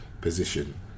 position